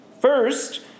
First